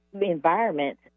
environment